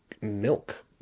milk